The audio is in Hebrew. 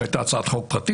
שם זאת הייתה הצעת חוק פרטית.